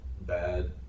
bad